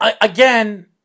again